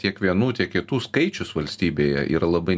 tiek vienų tiek kitų skaičius valstybėje yra labai